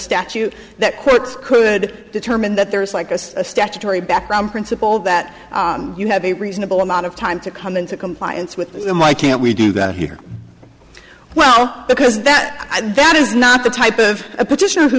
statute that courts could determine that there is like a statutory background principle that you have a reasonable amount of time to come into compliance with my can we do that well because that that is not the type of a petition